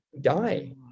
die